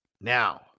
Now